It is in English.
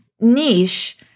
niche